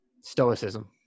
Stoicism